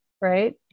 right